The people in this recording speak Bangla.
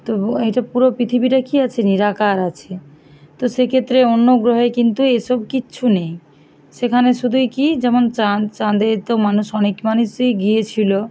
তবুও এটা পুরো পৃথিবীটা কি আছে নিরাকার আছে তো সেক্ষেত্রে অন্য গ্রহে কিন্তু এসব কিচ্ছু নেই সেখানে শুধুই কি যেমন চাঁদ চাঁদে তো মানুষ অনেক মানুষই গিয়েছিল